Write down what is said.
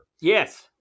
Yes